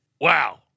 Wow